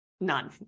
none